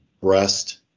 breast